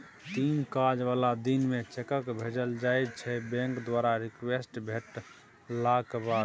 तीन काज बला दिन मे चेककेँ भेजल जाइ छै बैंक द्वारा रिक्वेस्ट भेटलाक बाद